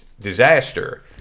disaster